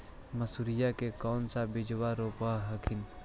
मसुरिया के कौन सा बिजबा रोप हखिन?